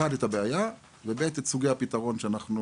דבר ראשון את הבעיה ודבר שני את סוגי הפתרונות שאנחנו